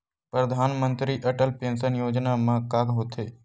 परधानमंतरी अटल पेंशन योजना मा का होथे?